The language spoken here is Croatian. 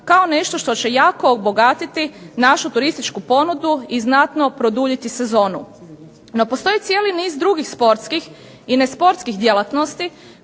kao nešto što će jako obogatiti našu turističku ponudu i znatno produljiti sezonu. No postoji cijeli niz drugih sportskih i ne sportskih djelatnosti